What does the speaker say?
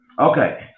Okay